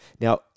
Now